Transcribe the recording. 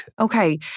Okay